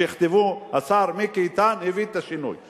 שיכתבו: השר מיקי איתן הביא את השינוי.